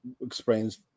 explains